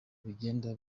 bigenda